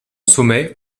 sommet